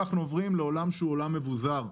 אנחנו עוברים לעולם שהוא עולם מבוזר,